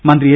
മന്ത്രി എ